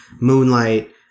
Moonlight